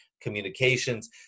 communications